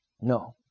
No